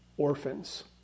orphans